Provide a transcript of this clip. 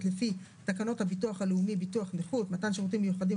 לפי תקנות הביטוח הלאומי (ביטוח נכות) (מתן שירותים מיוחדים),